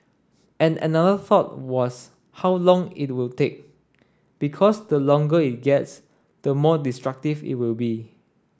and another thought was how long it would take because the longer it gets the more destructive it will be